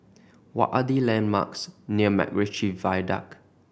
what are the landmarks near MacRitchie Viaduct